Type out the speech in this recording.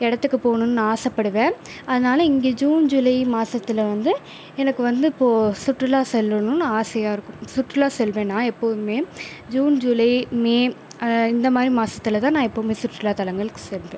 இடத்துக்கு போகணும்னு நான் ஆசை படுவேன் அதனால இங்கே ஜூன் ஜூலை மாசத்தில் வந்து எனக்கு வந்து இப்போது சுற்றுலா செல்லணும்னு ஆசையாருக்கும் சுற்றுலா செல்வேனா எப்போதுமே ஜூன் ஜூலை மே இந்தமாதிரி மாசத்தில் தான் நான் எப்போவுமே சுற்றுலா தளங்களுக்கு செல்வேன்